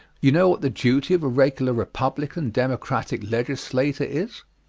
you know what the duty of a regular republican-democratic legislator is.